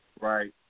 right